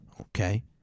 Okay